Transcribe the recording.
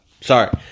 Sorry